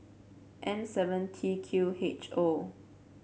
N seven T Q H O